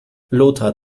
lothar